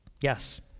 Yes